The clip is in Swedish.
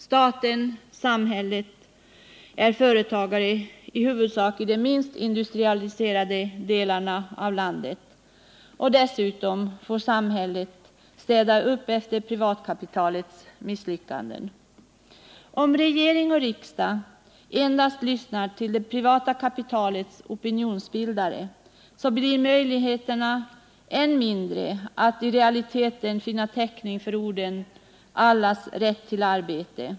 Staten, samhället, är företagare i huvudsak i de minst industrialiserade delarna av landet, och dessutom får samhället städa upp efter privatkapitalets misslyckanden. Om regering och riksdag endast lyssnar till det privata kapitalets opinionsbildare blir möjligheterna än mindre att i realiteten finna täckning för orden allas rätt till arbete.